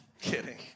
Kidding